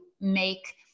make